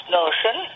notion